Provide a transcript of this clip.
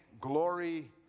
glory